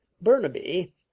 burnaby